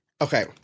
Okay